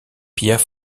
pierre